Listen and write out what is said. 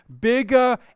bigger